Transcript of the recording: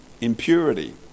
impurity